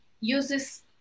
uses